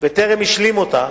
וטרם השלים אותה,